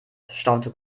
staunte